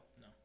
No